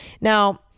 Now